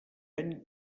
any